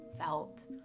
felt